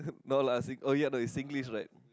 no lah I think oh ya it's Singlish right